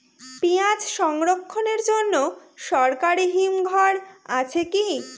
পিয়াজ সংরক্ষণের জন্য সরকারি হিমঘর আছে কি?